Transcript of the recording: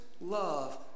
love